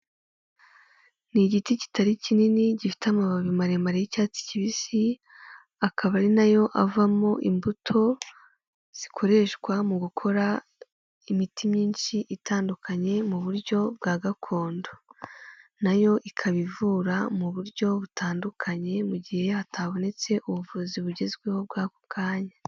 Ni igiti kitari kinini gifite amababi maremare y'icyatsi kibisi ,akaba ari nayo avamo imbuto zikoreshwa mu gukora imiti myinshi itandukanye mu buryo bwa gakondo. Nayo ikaba ivura mu buryo butandukanye mu gihe hatabonetse ubuvuzi bugezweho bw'ako kanya.